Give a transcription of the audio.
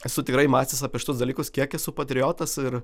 esu tikrai mąstęs apie šitus dalykus kiek esu patriotas ir